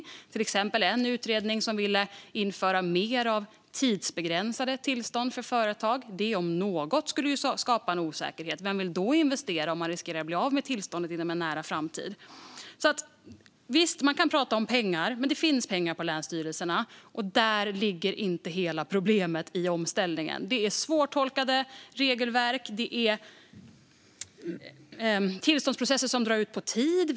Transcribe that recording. Exempelvis vill en utredning införa mer av tidsbegränsade tillstånd för företag. Det, om något, skulle skapa osäkerhet. Vem vill då investera om man riskerar att bli av med tillståndet i en nära framtid? Visst kan man prata om pengar, men det finns pengar i länsstyrelserna. Där ligger inte hela problemet i omställningen. Det är fråga om svårtolkade regelverk och tillståndsprocesser som drar ut på tid.